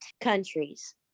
countries